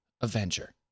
Avenger